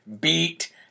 beat